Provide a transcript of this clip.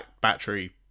battery